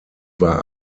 war